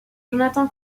jonathan